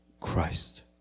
Christ